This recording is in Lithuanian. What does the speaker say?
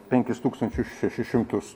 penkis tūkstančius šešis šimtus